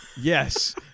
Yes